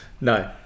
No